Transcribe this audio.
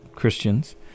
Christians